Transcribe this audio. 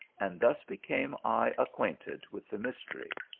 and thus became i acquainted with the mystery.